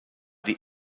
die